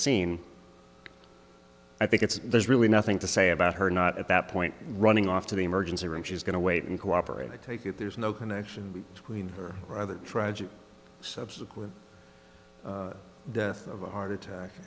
scene i think it's there's really nothing to say about her not at that point running off to the emergency room she's going to wait and cooperate i take it there's no connection between her rather tragic subsequent death of a heart attack